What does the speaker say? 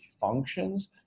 functions